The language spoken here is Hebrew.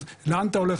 לאן אתה הולך?